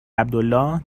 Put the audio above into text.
عبدالله